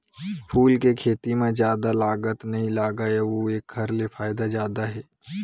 फूल के खेती म जादा लागत नइ लागय अउ एखर ले फायदा जादा हे